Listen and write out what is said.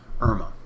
Irma